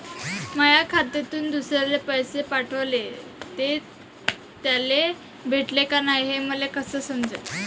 माया खात्यातून दुसऱ्याले पैसे पाठवले, ते त्याले भेटले का नाय हे मले कस समजन?